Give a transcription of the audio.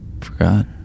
Forgot